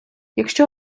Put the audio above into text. якщо